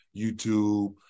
YouTube